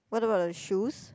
what about the shoes